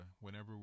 whenever